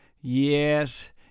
yes